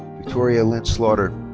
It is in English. victoria lynn slaughter.